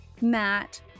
Matt